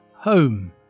Home